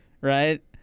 right